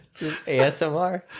ASMR